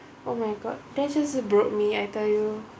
oh my god that's just uh broke me I tell you